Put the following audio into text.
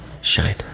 shine